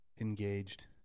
engaged